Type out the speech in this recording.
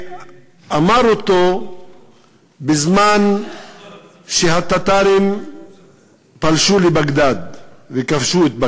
שאמר אותו בזמן שהטטרים פלשו לבגדאד וכבשו אותה,